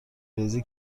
ریزی